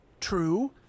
True